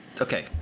Okay